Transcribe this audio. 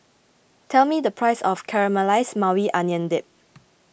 tell me the price of Caramelized Maui Onion Dip